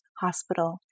hospital